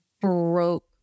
broke